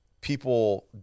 people